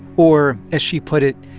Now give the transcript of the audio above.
or as she put it,